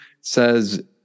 says